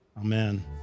Amen